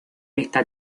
esta